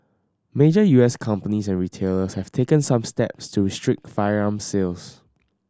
major U S companies and retailers have taken some steps to restrict firearm sales